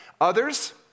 Others